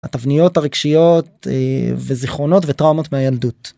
התבניות הרגשיות וזיכרונות וטראומות מהילדות.